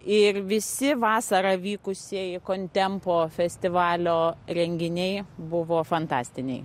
ir visi vasarą vykusieji kontempo festivalio renginiai buvo fantastiniai